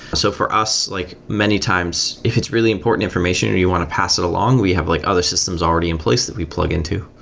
so for us, like many times, if it's really important information and you want to pass it along, we have like other systems already in place that we plug into.